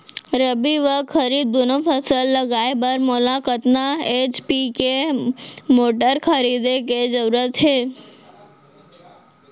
रबि व खरीफ दुनो फसल लगाए बर मोला कतना एच.पी के मोटर खरीदे के जरूरत हे?